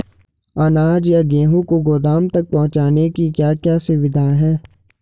अनाज या गेहूँ को गोदाम तक पहुंचाने की क्या क्या सुविधा है?